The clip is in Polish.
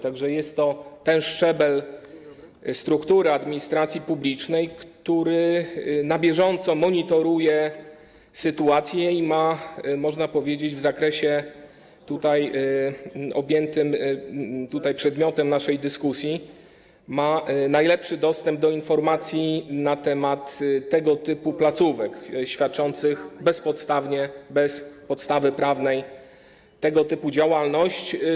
Tak że jest to ten szczebel struktury administracji publicznej, który na bieżąco monitoruje sytuację i ma, można powiedzieć, w zakresie obejmującym przedmiot naszej dyskusji najlepszy dostęp do informacji na temat tego typu placówek świadczących bezpodstawnie, bez podstawy prawnej tego typu działalność.